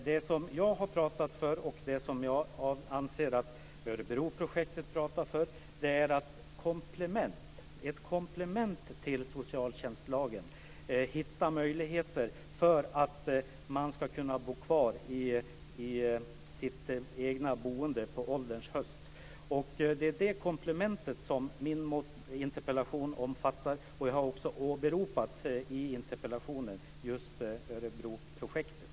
Det som jag har pläderat för och som jag anser att Örebroprojektet talar för är ett komplement till socialtjänstlagen för att människor ska kunna behålla sitt gamla boende på ålderns höst. Det är detta komplement som förs fram min interpellation. Jag har i interpellationen också åberopat just Örebroprojektet.